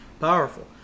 powerful